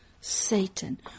Satan